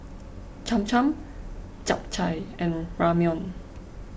Cham Cham Japchae and Ramyeon